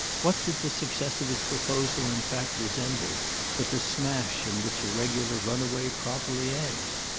what did the success of his proposal in fact resemble but the smash in which a regular runaway properly ends?